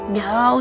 no